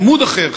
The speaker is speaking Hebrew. בעמוד אחר,